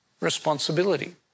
responsibility